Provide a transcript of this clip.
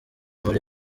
muri